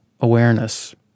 awareness